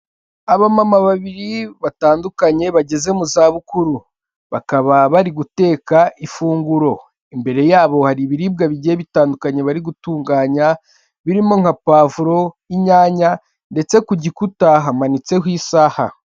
Abamama babiri batandukanye bageze mu zabukuru, bakaba bari guteka ifunguro, imbere yabo hari ibiribwa bigiye bitandukanye bari gutunganya, birimo nka pavuro, inyanya ndetse ku gikuta hamanitseho isaha.